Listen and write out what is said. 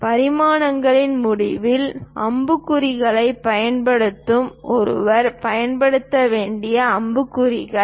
பரிமாணங்களின் முடிவில் அம்புக்குறிகளைப் பயன்படுத்துங்கள் ஒருவர் பயன்படுத்த வேண்டிய அம்புக்குறிகள்